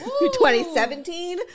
2017